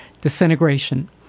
Disintegration